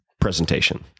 presentation